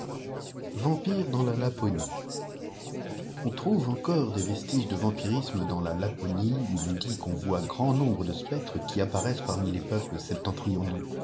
vampires dans la laponie on trouve encore des vestige de vampirisme dans la laponie où ton dit qu'on voit grand nombre de spectres qui apparaissent parmi les peuples septentrionaux